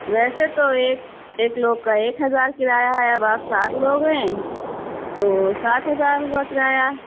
ویسے تو ایک ایک لوگ کا ایک ہزار کرایہ ہے اب آپ سات لوگ ہیں تو سات ہزار ہوا کرایہ